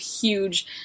huge